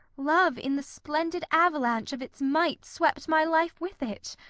love in the splendid avalanche of its might swept my life with it?